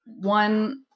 one